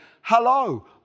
hello